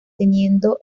teniendo